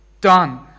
done